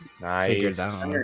Nice